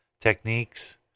techniques